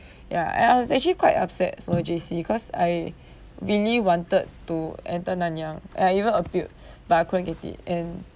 ya and I was actually quite upset for J_C cause I really wanted to enter nanyang I even appealed but I couldn't get it and